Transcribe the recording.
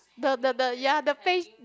the the the ya the face